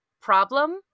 problem